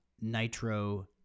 nitro